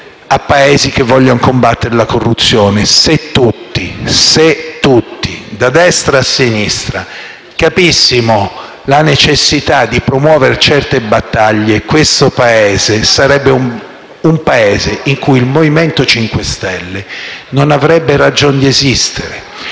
a Paesi che vogliono combattere la corruzione. Se tutti, da destra a sinistra, capissimo la necessità di promuovere certe battaglie, questo sarebbe un Paese in cui il Movimento 5 Stelle non avrebbe ragion di esistere.